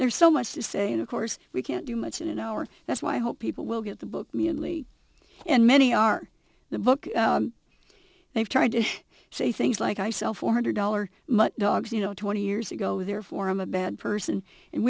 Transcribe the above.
there's so much to say and of course we can't do much in an hour that's why i hope people will get the book me and lee and many are the book they've tried to say things like i sell four hundred dollars much dogs you know twenty years ago therefore i'm a bad person and